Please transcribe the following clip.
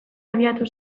abiatu